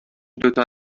دوتا